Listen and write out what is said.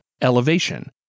elevation